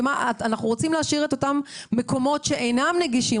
אנחנו רוצים להשאיר את אותם מקומות שאינם נגישים,